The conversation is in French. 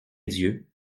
dieu